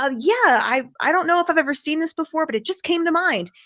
ah yeah, i don't know if i've ever seen this before. but it just came to mind.